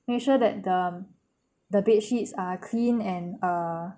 make sure that the the bedsheets are clean and err